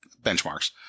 benchmarks